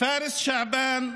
פארס שעבאן,